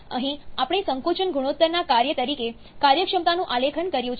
અહીં આપણે સંકોચન ગુણોત્તરના કાર્ય તરીકે કાર્યક્ષમતાનું આલેખન કર્યું છે